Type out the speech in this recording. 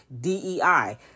DEI